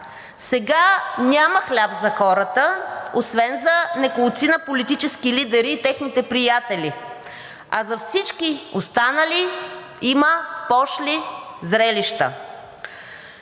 Сега няма хляб за хората, освен за неколцина политически лидери и техните приятели, а за всички останали има пошли зрелища.